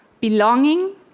belonging